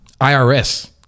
IRS